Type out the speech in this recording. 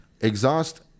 exhaust